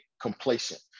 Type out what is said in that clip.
complacent